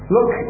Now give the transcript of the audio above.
Look